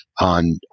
on